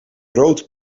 rood